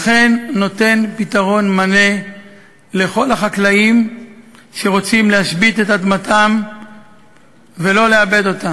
אכן נותן פתרון מלא לכל החקלאים שרוצים להשבית את אדמתם ולא לעבד אותה.